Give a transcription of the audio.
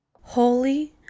Holy